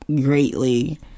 greatly